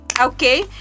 Okay